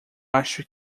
acho